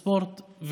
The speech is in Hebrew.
הספורט,